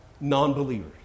non-believers